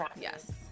Yes